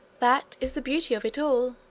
that is the beauty of it all,